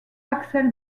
axel